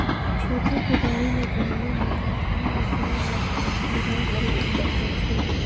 छोटे कुदारी ल घलो लोहा अउ लकरी ल मेराए के बनाल जाथे